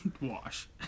Wash